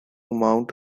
mount